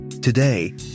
Today